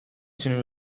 تونیم